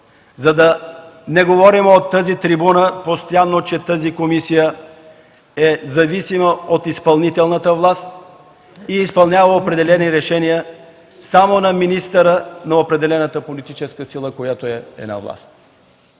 За да не говорим от тази трибуна постоянно, че тази комисия е зависима от изпълнителната власт и изпълнява определени решения само на министъра на определената политическа сила, която е на власт.